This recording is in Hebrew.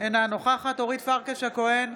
אינה נוכחת אורית פרקש הכהן,